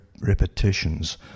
repetitions